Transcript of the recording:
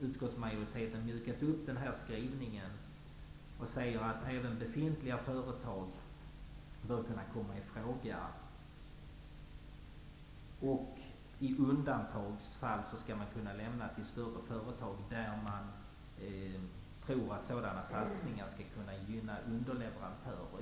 Utskottsmajoriteten har mjukat upp den skrivningen och säger att även befintliga företag bör kunna komma i fråga och att i undantagsfall stöd skall kunna lämnas till större företag, när man tror att sådana satsningar skall kunna gynna underleverantörer.